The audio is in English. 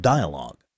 Dialogue